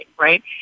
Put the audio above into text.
right